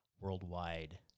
worldwide